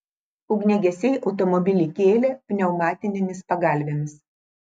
ugniagesiai automobilį kėlė pneumatinėmis pagalvėmis